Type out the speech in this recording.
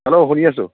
hello শুনি আছোঁ